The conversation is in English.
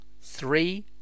three